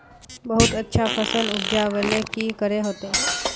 बहुत अच्छा फसल उपजावेले की करे होते?